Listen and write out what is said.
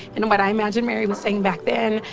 and what i imagine mary was saying back then,